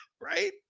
Right